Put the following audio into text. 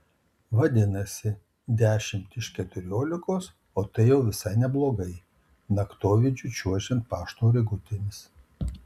vadinasi dešimt iš keturiolikos o tai jau visai neblogai naktovidžiu čiuožiant pašto rogutėmis